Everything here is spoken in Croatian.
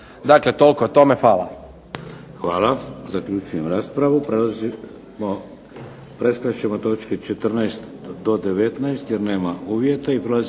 Dakle, toliko o tome. Hvala.